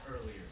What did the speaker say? earlier